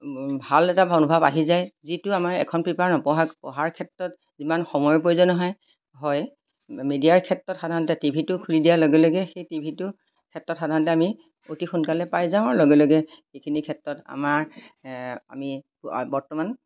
ভাল এটা অনুভৱ আহি যায় যিটো আমাৰ এখন পেপাৰ নপঢ়া পঢ়াৰ ক্ষেত্ৰত যিমান সময়ৰ প্ৰয়োজন হয় মিডিয়াৰ ক্ষেত্ৰত সাধাৰণতে টিভিটো খুলি দিয়াৰ লগে লগে সেই টিভিটোৰ ক্ষেত্ৰত সাধাৰণতে আমি অতি সোনকালে পাই যাওঁ আৰু লগে লগে সেইখিনি ক্ষেত্ৰত আমাৰ আমি বৰ্তমান